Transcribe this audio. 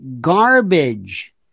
garbage